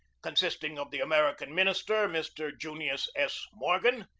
consisting of the american minister, mr. junius s. morgan,